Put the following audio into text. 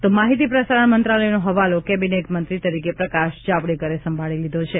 તો માહિતી પ્રસારણ મંત્રાલયનો હવાલો કેબિનેટ મંત્રી તરીકે પ્રકાશ જાવડેકરે સંભાળી લીધો છે